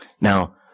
Now